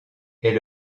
est